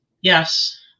Yes